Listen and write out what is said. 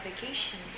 vacation